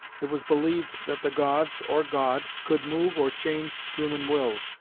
it was believed that the gods, or god, could move or change human wills,